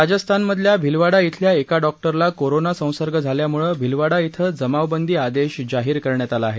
राजस्थानमधल्या भिलवाडा शिल्या एका डॉक्टरला कोरोना संसर्ग झाल्यामुळे भिलवाडा शि जमावबंदी आदेश जाहीर करण्यात आला आहे